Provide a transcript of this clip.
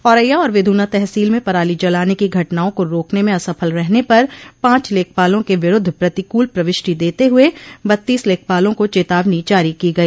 औरैया और विधूना तहसील में पराली जलाने की घटनाओं को रोकने में असफल रहने पर पांच लेखपालों के विरूद्ध प्रतिकूल प्रविष्टि देते हुए बत्तीस लेखपालों को चेतावनी जारी की गई